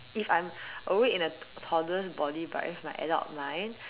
if I'm awake in a toddler's body but with my adult mind